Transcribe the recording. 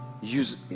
use